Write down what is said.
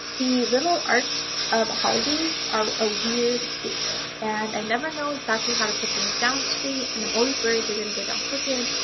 the little arc of holidays are a weird shape and i never know exactly how to put them down straight and i'm always worried they're gonna go down crooked.